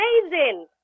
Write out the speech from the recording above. amazing